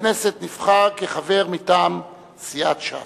לכנסת נבחר כחבר מטעם סיעת ש"ס.